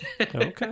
Okay